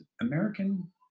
American